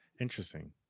interesting